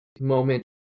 moment